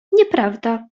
nieprawda